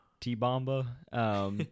T-Bomba